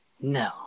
No